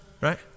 Right